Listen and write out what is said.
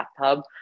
bathtub